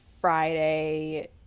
Friday